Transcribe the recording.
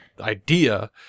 idea